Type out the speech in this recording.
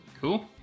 Cool